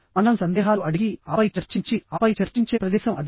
మనం సందేహాలు అడిగి ఆపై చర్చించి ఆపై చర్చించే ప్రదేశం అది